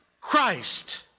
Christ